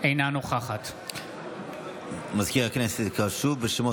אינה נוכחת מזכיר הכנסת יקרא שוב בשמות